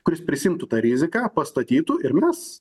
kuris prisiimtų tą riziką pastatytų ir mes